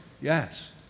yes